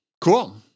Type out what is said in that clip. cool